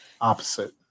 opposite